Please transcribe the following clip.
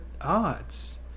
odds